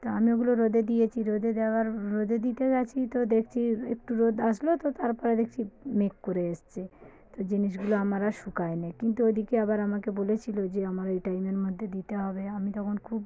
তো আমি ওগুলো রোদে দিয়েছি রোদে দেওয়ার রোদে দিতে গেছি তো দেখছি একটু রোদ আসলো তো তার পরে দেখছি মেঘ করে এসেছে তো জিনিসগুলো আমার আর শুকায়নি কিন্তু ওইদিকে আবার আমাকে বলেছিল যে আমার এই টাইমের মধ্যে দিতে হবে আমি তখন খুব